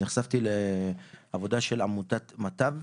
ונחשפתי לעבודה של עמותת מטב.